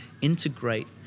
integrate